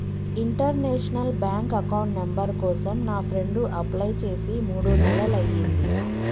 international bank account number కోసం నా friend apply చేసి మూడు నెలలయ్యింది